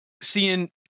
Seeing